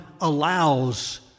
allows